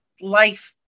life